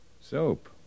soap